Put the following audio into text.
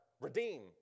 redeem